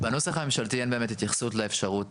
בנוסח הממשלתי אין באמת התייחסות לאפשרות